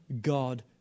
God